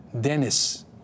Dennis